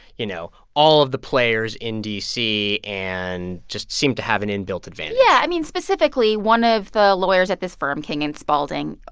you know, all of the players in d c. and just seem to have an in-built advantage yeah. i mean, specifically, one of the lawyers at this firm, king and spalding,